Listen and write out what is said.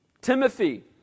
timothy